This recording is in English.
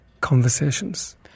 conversations